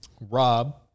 Rob